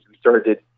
started